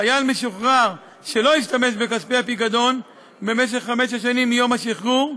חייל משוחרר שלא השתמש בכספי הפיקדון במשך חמש שנים מיום השחרור,